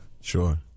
Sure